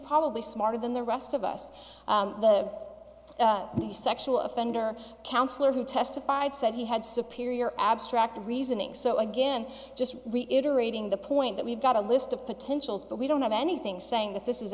probably smarter than the rest of us the the sexual offender counselor who testified said he had superior abstract reasoning so again just reiterating the point that we've got a list of potentials but we don't have anything saying that this is